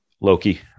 Loki